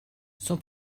son